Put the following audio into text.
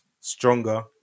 Stronger